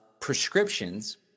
prescriptions